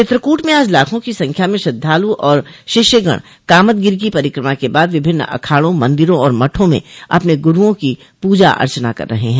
चित्रकूट में आज लाखों की संख्या में श्रद्धालु और शिष्यगण कामदगिरी की परिक्रमा के बाद विभिन्न अखाड़ों मंदिरों और मठों में अपने गुरूओं की पूजा अर्चना कर रहे हैं